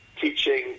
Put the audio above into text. teaching